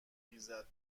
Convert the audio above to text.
خیزد